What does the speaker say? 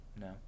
no